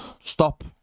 stop